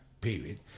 period